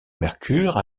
mercure